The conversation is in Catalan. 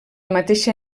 mateixa